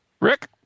Rick